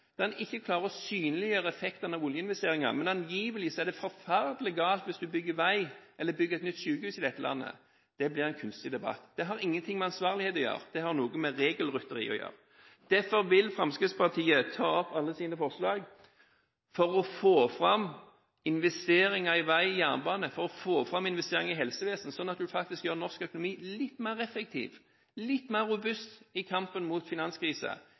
ikke klarer å synliggjøre effektene av oljeinvesteringene, men angivelig er det forferdelig galt hvis en bygger vei eller et nytt sykehus i dette landet. Det blir en kunstig debatt. Det har ingenting med ansvarlighet å gjøre, det har noe med regelrytteri å gjøre. Derfor vil Fremskrittspartiet ta opp alle sine forslag, for å få fram investeringer i vei og jernbane, for å få fram investeringer i helsevesenet, sånn at en faktisk gjør norsk økonomi litt mer effektiv, litt mer robust i kampen mot finanskrise,